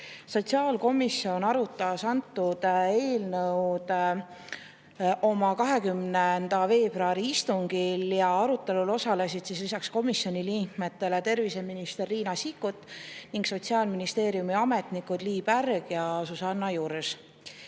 Sotsiaalkomisjon arutas antud eelnõu oma 20. veebruari istungil ja arutelul osalesid lisaks komisjoni liikmetele terviseminister Riina Sikkut ning Sotsiaalministeeriumi ametnikud Lii Pärg ja Susanna Jurs.